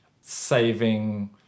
saving